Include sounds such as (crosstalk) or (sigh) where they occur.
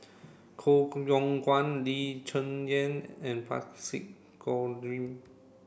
Koh (unintelligible) Yong Guan Lee Cheng Yan and Parsick Joaquim